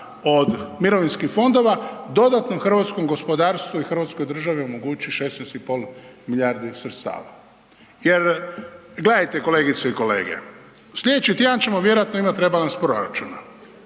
od mirovinskih fondova, dodatno hrvatskom gospodarstvu i hrvatskoj državi omogući 16,5 milijardi sredstava. Jer gledajte kolegice i kolege, sljedeći tjedan ćemo vjerojatno imati rebalans proračuna.